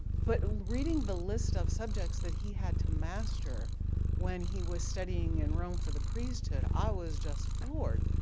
but reading the list of subjects that he had to master when he was studying in rome for the priesthood, i was just floored.